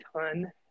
ton